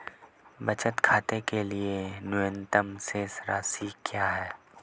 बचत खाते के लिए न्यूनतम शेष राशि क्या है?